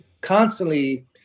constantly